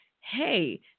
hey